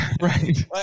Right